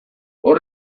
hor